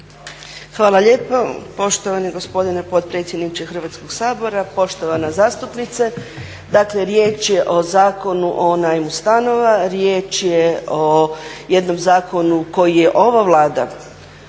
Hvala lijepa poštovani gospodine potpredsjedniče Hrvatskog sabora. Poštovana zastupnice dakle riječ je o Zakonu o najmu stanova, riječ je o jednom zakonu koji je ova Vlada